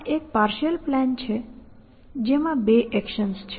આ એક partial plan છે જેમાં બે એક્શન્સ છે